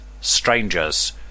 strangers